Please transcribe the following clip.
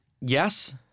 Yes